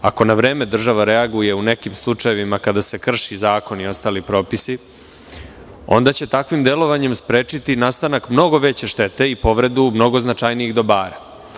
Ako na vreme država reaguje u nekim slučajevima kada se krši zakon i ostali propisi, onda će takvim delovanjem sprečiti nastanak mnogo veće štete i povredu mnogo značajnijih dobara.